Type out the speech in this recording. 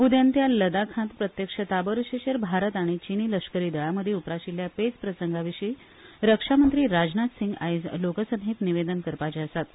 उदेंत्या लदाखांत प्रत्यक्ष ताबो रेषेचेर भारत आनी चीनी लष्करी दळांमदी उप्राशिल्ल्या पेचप्रसंगाविशी रक्षामंत्री राजनाथ सिंग आज लोकसभेंत निवेदन करपाचे आसात